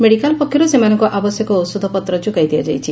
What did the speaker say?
medical ପକ୍ଷରୁ ସେମାନଙ୍କୁ ଆବଶ୍ୟକ ଔଷଧ ପତ୍ର ଯୋଗାଇ ଦିଆଯାଇଛି